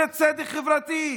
זה צדק חברתי.